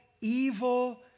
evil